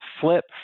flip